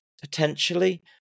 potentially